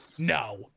No